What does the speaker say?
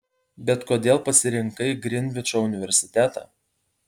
bet kodėl pasirinkai grinvičo universitetą